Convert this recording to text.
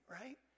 right